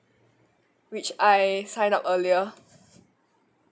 which I signed up earlier